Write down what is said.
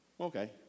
okay